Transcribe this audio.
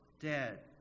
dead